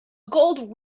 gold